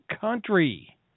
country